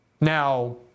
Now